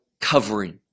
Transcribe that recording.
covering